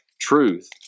truth